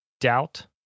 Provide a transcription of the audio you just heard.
doubt